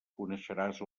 coneixeràs